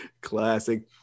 Classic